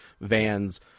vans